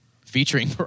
Featuring